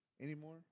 anymore